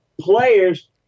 players